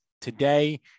today